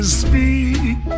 speak